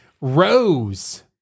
Rose